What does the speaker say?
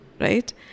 right